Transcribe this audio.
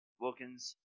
Wilkins